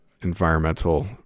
environmental